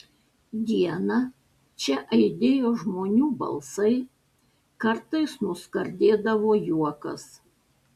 dieną čia aidėjo žmonių balsai kartais nuskardėdavo juokas